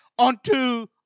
Unto